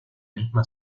misma